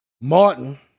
Martin